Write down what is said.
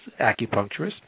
acupuncturist